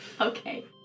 Okay